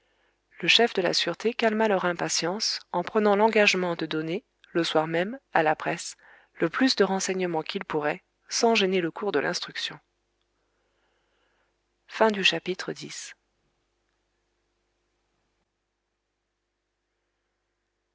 le chef de la sûreté calma leur impatience en prenant l'engagement de donner le soir même à la presse le plus de renseignements qu'il pourrait sans gêner le cours de l'instruction